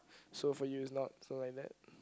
so for you it's not so like that